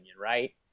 right